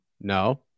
no